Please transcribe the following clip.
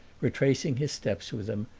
retracing his steps with them,